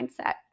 mindset